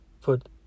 put